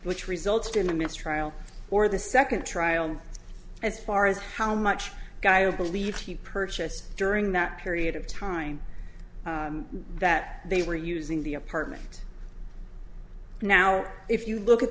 which resulted in a mistrial or the second trial as far as how much kyra believes he purchased during that period of time that they were using the apartment now if you look at